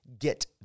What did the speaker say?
get